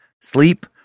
Sleep